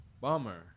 Bummer